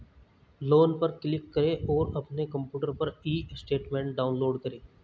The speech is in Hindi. लोन पर क्लिक करें और अपने कंप्यूटर पर ई स्टेटमेंट डाउनलोड करें